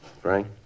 Frank